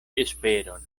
esperon